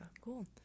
cool